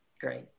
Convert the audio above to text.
Great